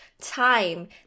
time